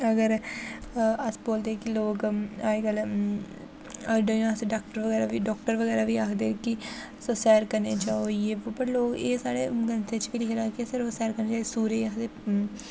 अगर अस बोलदे कि लोग अज्जकल आई जाई असें डॉक्टर बगैरा बी डॉक्टर बगैरा बी आखदे कि तुसें सैर करने जाओ यह वो पर लोग एह् साढ़े ग्रंथें च बी लिखे दा ऐ कि असें रोज़ सैर करने चाहि्दी सूरज गी आखदे